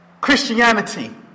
Christianity